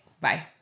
Bye